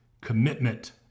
commitment